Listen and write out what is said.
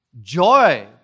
joy